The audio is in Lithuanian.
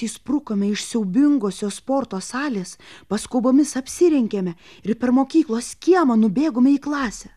išsprukome iš siaubingosios sporto salės paskubomis apsirengėme ir per mokyklos kiemą nubėgome į klasę